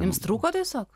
jums trūko tiesiog